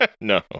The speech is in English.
No